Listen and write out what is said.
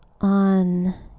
on